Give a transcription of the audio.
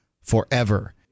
forever